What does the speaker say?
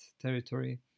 territory